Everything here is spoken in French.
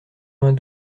vingt